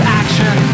action